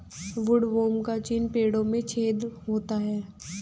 woodworm का चिन्ह पेड़ों में छेद होता है